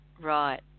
Right